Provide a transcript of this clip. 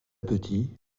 petit